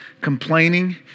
Complaining